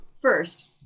first